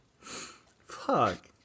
Fuck